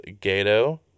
Gato